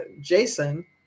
Jason